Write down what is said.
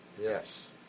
Yes